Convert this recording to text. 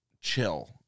chill